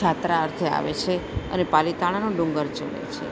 જાત્રા અર્થે આવે છે અને પાલિતાણાનો ડુંગર ચડે છે